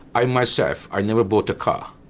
i myself, i never bought a car,